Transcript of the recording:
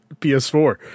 PS4